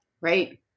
Right